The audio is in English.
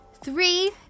Three